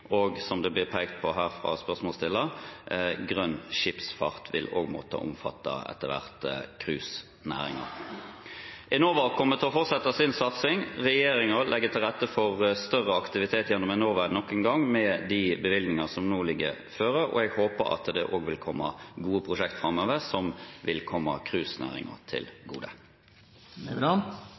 Og som det blir pekt på her fra spørsmålsstilleren, vil grønn skipsfart også etter hvert måtte omfatte cruisenæringen. Enova kommer til å fortsette sin satsing. Regjeringen legger til rette for større aktivitet gjennom Enova nok en gang med de bevilgninger som nå foreligger, og jeg håper at det også vil komme gode prosjekt framover som vil komme cruisenæringen til gode.